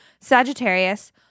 Sagittarius